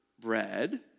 bread